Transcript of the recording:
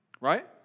right